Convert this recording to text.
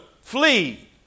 flee